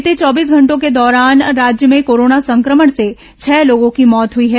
बीते चौबीस घंटों के दौरान राज्य में कोरोना संक्रमण से छह लोगों की मौत हुई है